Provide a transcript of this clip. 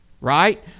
right